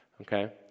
okay